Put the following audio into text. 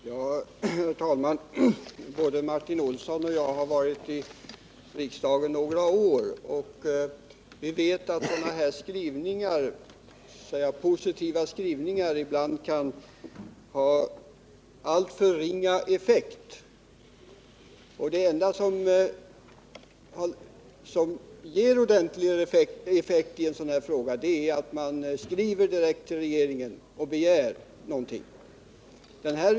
Herr talman! Både Martin Olsson och jag har varit riksdagsledamöter några år. Vi vet därför att positiva skrivningar ibland kan ha alltför ringa effekt och att det enda som ger ordentlig effekt är att man skriver direkt till regeringen och begär någonting.